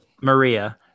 Maria